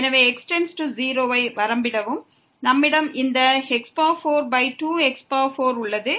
எனவே x→0 ஐ வரம்பிடவும் நம்மிடம் இந்த x42x4 உள்ளது